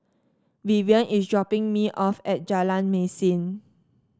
Vivien is dropping me off at Jalan Mesin